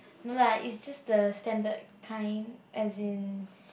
no lah is just the standard kind as in